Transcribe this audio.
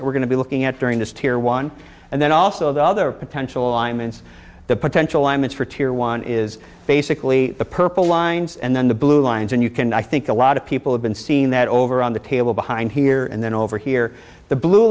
that we're going to be looking at during this tier one and then also the other potential alignments the potential damage for tear one is basically the purple lines and then the blue lines and you can i think a lot of people have been seeing that over on the table behind here and then over here the blue